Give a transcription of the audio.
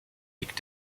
liegt